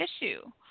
issue